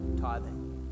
tithing